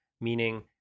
meaning